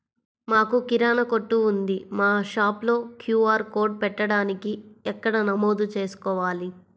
మాకు కిరాణా కొట్టు ఉంది మా షాప్లో క్యూ.ఆర్ కోడ్ పెట్టడానికి ఎక్కడ నమోదు చేసుకోవాలీ?